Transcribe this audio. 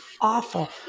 awful